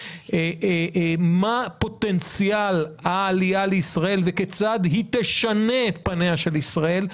מה פוטנציאל העלייה לישראל וכיצד היא תשנה את פניה של ישראל,